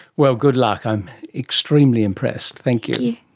well, good luck, i'm extremely impressed. thank you.